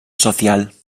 social